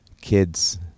kids